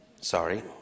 sorry